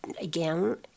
again